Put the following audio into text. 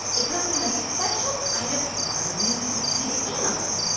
they come from a special kind of corn used to feed animals.